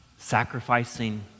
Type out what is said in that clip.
sacrificing